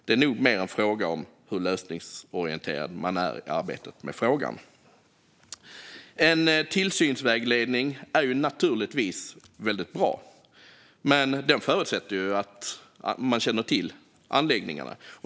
Det är nog mer en fråga om hur lösningsorienterad man är i arbetet med frågan. En tillsynsvägledning är naturligtvis väldigt bra, men den förutsätter att man känner till anläggningarna.